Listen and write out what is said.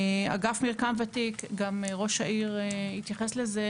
אגף מרקם ותיק וראש העיר התייחס לזה